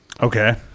Okay